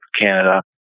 Canada